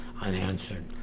unanswered